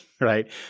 right